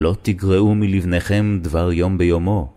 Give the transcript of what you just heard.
לא תגרעו מלבניכם דבר יום ביומו.